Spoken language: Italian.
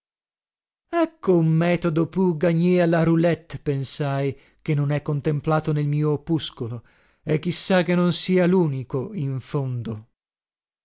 un metodo pour gagner à la roulette pensai che non è contemplato nel mio opuscolo e chi sa che non sia lunico in fondo